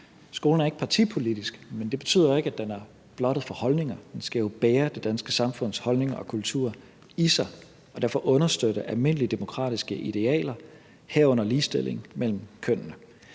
Skolen er ikke partipolitisk, men det betyder ikke, at den er blottet for holdninger; den skal jo bære det danske samfunds holdninger og kultur i sig og derfor understøtte almindelige demokratiske idealer, herunder ligestilling mellem kønnene.